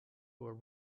were